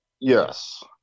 Yes